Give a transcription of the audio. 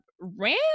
ran